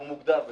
הוא מוגדר.